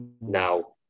now